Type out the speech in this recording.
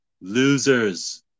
Losers